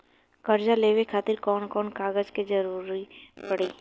कर्जा लेवे खातिर कौन कौन कागज के जरूरी पड़ी?